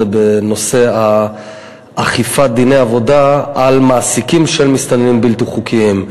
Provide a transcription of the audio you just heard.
היא בנושא אכיפת דיני עבודה על מעסיקים של מסתננים בלתי חוקיים.